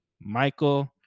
Michael